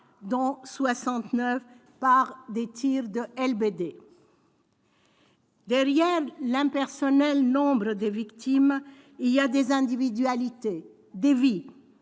N'oubliez pas les policiers ! Derrière l'impersonnel nombre des victimes, il y a des individualités, des vies,